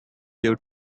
due